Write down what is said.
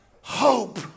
Hope